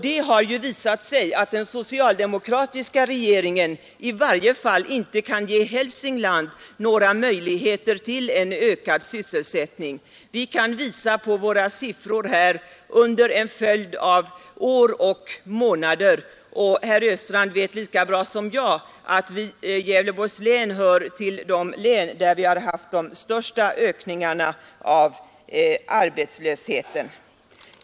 Det har visat sig att den socialdemokratiska regeringen i varje fall inte kan ge Hälsingland möjligheter till en ökad sysselsättning. Våra arbetslöshetssiffror visar att Gävleborgs län hör till de län som har haft de största ökningarna av arbetslösheten under de senaste åren. Det vet herr Östrand lika bra som jag.